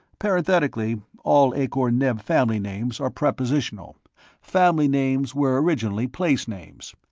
parenthetically, all akor-neb family-names are prepositional family-names were originally place names.